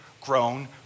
grown